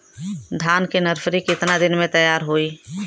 धान के नर्सरी कितना दिन में तैयार होई?